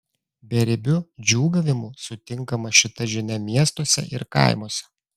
beribiu džiūgavimu sutinkama šita žinia miestuose ir kaimuose